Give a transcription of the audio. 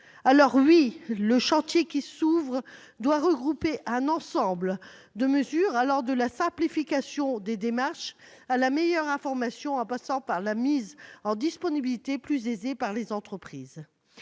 pourquoi le chantier qui s'ouvre doit regrouper un ensemble de mesures allant de la simplification des démarches à la meilleure information, en passant par une mise en disponibilité plus aisée de la part des entreprises,